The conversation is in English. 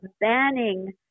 banning